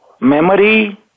memory